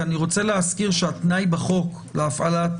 כי אני רוצה להזכיר שהתנאי בחוק להפעלת